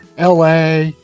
LA